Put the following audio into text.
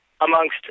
amongst